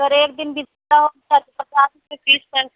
اگر ایک دِن بھی لیٹ ہوتا ہے تو پچاس روپیے فیس ہے